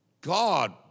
God